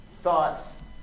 Thoughts